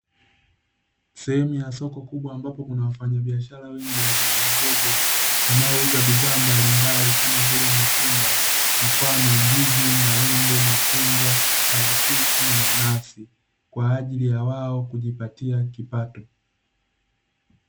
Sehemu ya soko kubwa ambapo, kuna wafanyabiashara wengi wadogowadogo, wanaouza bidhaa mbalimbali kama vile: matunda mfano ndizi, maembe, machungwa, parachichi na nanasi; kwa ajili ya wao kujipatia kipato.